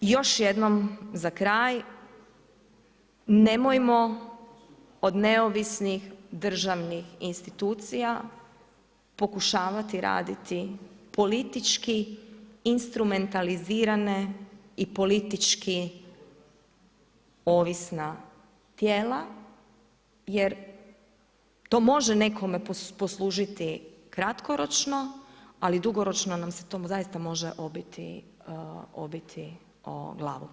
Još jednom za kraj, nemojmo, o neovisnih državnih institucija, pokušavati raditi politički, insrumentalizirane i političke ovisna tijela, jer to može nekome poslužiti kratkoročno, ali dugoročno, nam se to zaista može obiti o glavu.